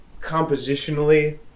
compositionally